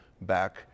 back